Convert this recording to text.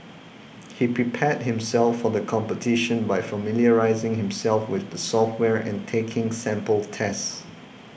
he prepared himself for the competition by familiarising himself with the software and taking sample tests